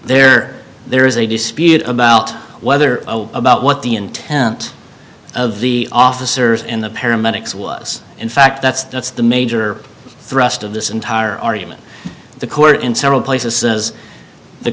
there there is a dispute about whether about what the intent of the officers in the paramedics was in fact that's that's the major thrust of this entire argument the court in several places